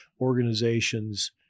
organizations